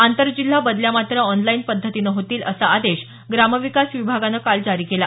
आंतरजिल्हा बदल्या मात्र ऑनलाईन पद्धतीने होतील असा आदेश ग्रामविकास विभागानं काल जारी केला